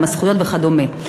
מה הן הזכויות וכדומה.